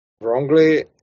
wrongly